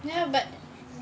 no but